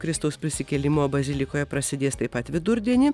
kristaus prisikėlimo bazilikoje prasidės taip pat vidurdienį